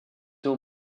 aux